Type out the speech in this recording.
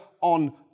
on